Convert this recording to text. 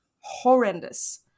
horrendous